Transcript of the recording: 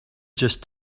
just